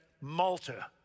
Malta